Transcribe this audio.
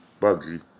Bugsy